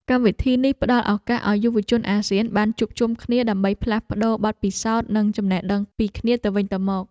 កម្មវិធីនេះផ្តល់ឱកាសឱ្យយុវជនអាស៊ានបានជួបជុំគ្នាដើម្បីផ្លាស់ប្តូរបទពិសោធន៍និងចំណេះដឹងពីគ្នាទៅវិញទៅមក។